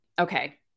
okay